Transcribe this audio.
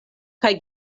kaj